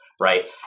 right